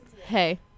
Hey